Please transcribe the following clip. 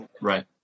right